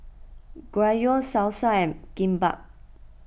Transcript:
Gyros Salsa and Kimbap